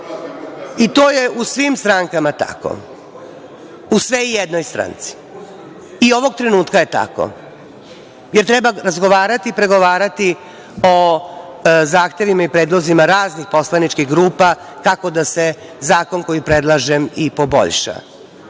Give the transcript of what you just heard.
To je u svim strankama tako, u sve jednoj stranci. I, ovog trenutka je tako, jer treba razgovarati i pregovarati o zahtevima i predlozima raznih poslaničkih grupa kako da se zakon koji predlažem i poboljša. Ja